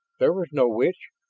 there was no witch.